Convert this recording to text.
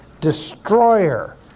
destroyer